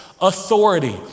authority